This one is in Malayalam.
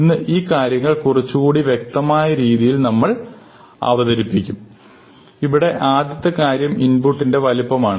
ഇന്ന് ഈ കാര്യങ്ങൾ കുറച്ചുകൂടി വ്യക്തമായ ആയ രീതിയിൽ നമ്മൾ അവതരിപ്പിക്കും ഇവിടെ ആദ്യത്തെ കാര്യം ഇൻപൂട്ടിൻറെ വലിപ്പമാണ്